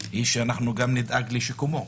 שאנחנו גם נדאג לשיקומו.